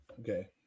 Okay